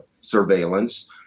surveillance